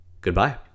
goodbye